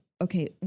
okay